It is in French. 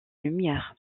lumière